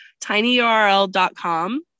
tinyurl.com